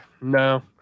No